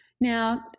Now